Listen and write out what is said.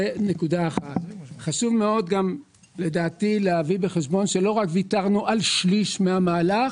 לדעתי חשוב מאוד להביא בחשבון שלא רק ויתרנו על שליש מהמהלך